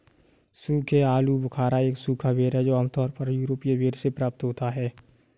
सूखे आलूबुखारा एक सूखा बेर है जो आमतौर पर यूरोपीय बेर से प्राप्त होता है